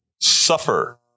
suffer